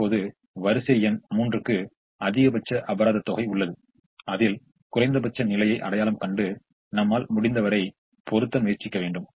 இப்போது வரிசை எண் 3 க்கு அதிகபட்ச அபராத தொகை உள்ளது அதில் குறைந்தபட்ச நிலையை அடையாளம் கண்டு நம்மால் முடிந்தவரை பொறுத்த முயற்சிக்க வேண்டும்